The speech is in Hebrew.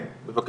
כן, בבקשה.